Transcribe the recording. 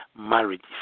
marriages